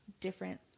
different